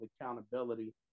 accountability